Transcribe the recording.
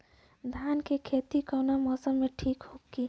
धान के खेती कौना मौसम में ठीक होकी?